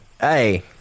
Hey